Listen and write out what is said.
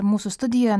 mūsų studija